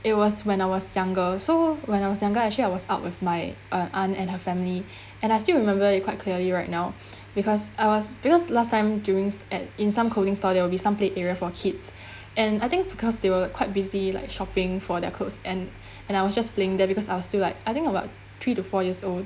it was when I was younger so when I was younger actually I was out with my uh aunt and her family and I still remember it quite clearly right now because I was because last time durings at in some clothing store there will be some play area for kids and I think because they were quite busy like shopping for their clothes and and I was just playing there because I was still like I think about three to four years old